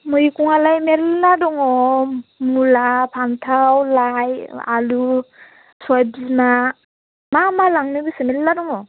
मैगङालाय मेरला दङ मुला फान्थाव लाइ आलु सबायबिमा मा मा लांनो गोसो मेरला दङ